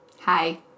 Hi